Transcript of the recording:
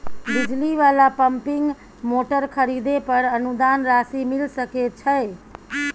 बिजली वाला pumping motor खरीदे पर अनुदान राशि मिल सके छैय?